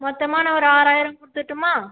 மொத்தமாக நான் ஒரு ஆறாயிரம் கொடுத்துட்டுமா